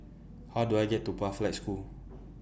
How Do I get to Pathlight School